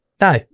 No